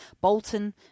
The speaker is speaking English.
Bolton